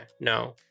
no